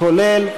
כולל,